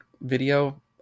video